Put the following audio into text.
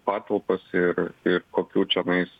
patalpas ir ir kokių čianais